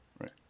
Right